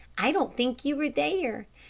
i don't think you were there.